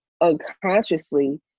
unconsciously